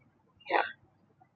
ya